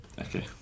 Okay